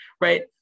right